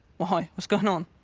why? what's going on?